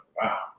wow